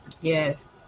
yes